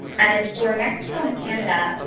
and for mexico and canada,